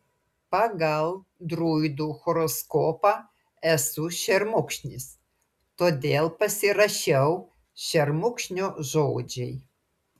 pagal druidų horoskopą esu šermukšnis todėl pasirašiau šermukšnio žodžiai